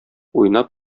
уйнап